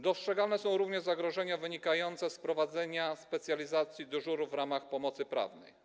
Dostrzegalne są również zagrożenia wynikające z wprowadzenia specjalizacji dyżurów w punktach pomocy prawnej.